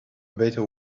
better